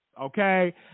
Okay